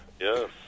Yes